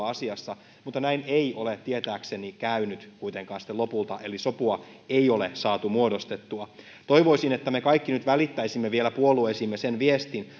asiassa mutta näin ei ole tietääkseni käynyt kuitenkaan sitten lopulta eli sopua ei ole saatu muodostettua toivoisin että me kaikki nyt välittäisimme vielä puolueisiimme sen viestin